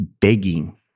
begging